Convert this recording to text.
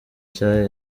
cya